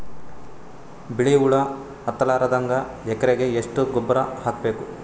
ಬಿಳಿ ಹುಳ ಹತ್ತಲಾರದಂಗ ಎಕರೆಗೆ ಎಷ್ಟು ಗೊಬ್ಬರ ಹಾಕ್ ಬೇಕು?